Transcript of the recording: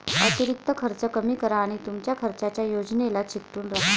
अतिरिक्त खर्च कमी करा आणि तुमच्या खर्चाच्या योजनेला चिकटून राहा